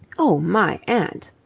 oh, my aunt!